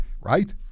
right